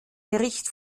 bericht